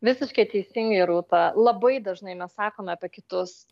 visiškai teisingai rūta labai dažnai mes sakome apie kitus